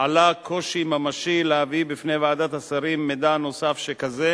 עלה קושי ממשי להביא בפני ועדת השרים מידע נוסף שכזה,